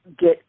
get